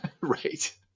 Right